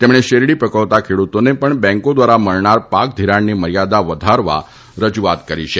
તેમણે શેરડી પકવતા ખેડૂતોને પણ બેંકો દ્વારા મળનાર પાક ધિરાણની મર્યાદા વધારવા રજુઆત કરી છે